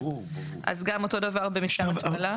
אז גם אותו דבר במתקן התפלה.